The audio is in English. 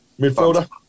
midfielder